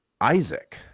Isaac